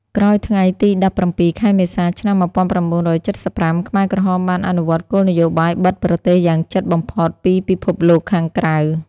ក្រោយថ្ងៃទី១៧ ខែមេសា ឆ្នាំ១៩៧៥ ខ្មែរក្រហមបានអនុវត្តគោលនយោបាយបិទប្រទេសយ៉ាងជិតបំផុតពីពិភពលោកខាងក្រៅ។